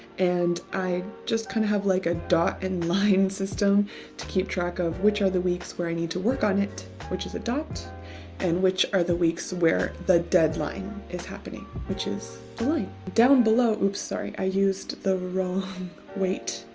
and i just kind of have like, a dot and line system to keep track of which are the weeks where i need to work on it. which is a dot and which are the weeks where the deadline is happening, which is right down below oops. sorry, i used the wrong wait.